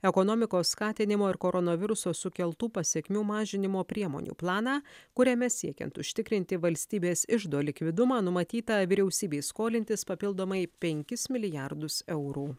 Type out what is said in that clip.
ekonomikos skatinimo ir koronaviruso sukeltų pasekmių mažinimo priemonių planą kuriame siekiant užtikrinti valstybės iždo likvidumą numatyta vyriausybei skolintis papildomai penkis milijardus eurų